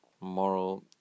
moral